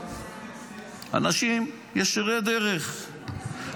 יש אנשים ישרי דרך,